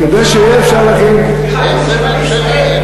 כדי שאפשר יהיה להכין, יש ממשלה.